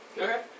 Okay